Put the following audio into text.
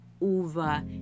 over